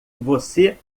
você